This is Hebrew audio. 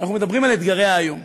אנחנו מדברים על אתגרי היום,